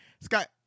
Scott